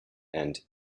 and